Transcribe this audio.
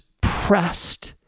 pressed